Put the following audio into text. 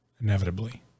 inevitably